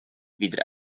wieder